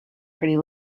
pretty